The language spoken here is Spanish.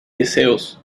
deseos